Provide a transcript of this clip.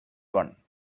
one